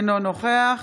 אינו נוכח